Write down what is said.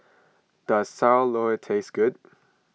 does Sayur Lodeh taste good